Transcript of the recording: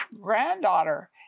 granddaughter